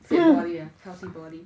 fit body ah healthy body